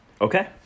Okay